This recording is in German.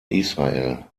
israel